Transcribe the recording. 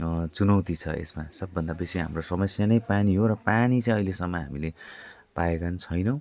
चुनौती छ यसमा सबभन्दा बेसी हाम्रो समस्या नै पानी हो र पानी चाहिँ अहिलेसम्म हामीले पाएका नि छैनौँ